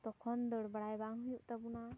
ᱛᱚᱠᱷᱚᱱ ᱫᱟᱹᱲ ᱵᱟᱲᱟᱭ ᱵᱟᱝ ᱦᱩᱭᱩᱜ ᱛᱟᱵᱚᱱᱟ